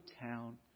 town